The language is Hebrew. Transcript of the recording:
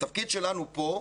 התפקיד שלנו פה,